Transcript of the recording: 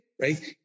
right